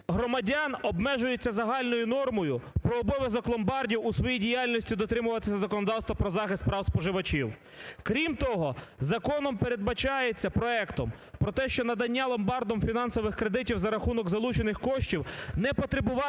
громадян обмежується загальною нормою про обов'язок ломбардів у своїй діяльності дотримуватися законодавства про захист прав споживачів. Крім того, законом передбачається, проектом про те, що надання ломбардом фінансових кредитів за рахунок залучених коштів не потребуватиме